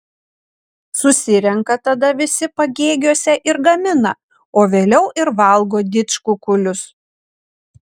susirenka tada visi pagėgiuose ir gamina o vėliau ir valgo didžkukulius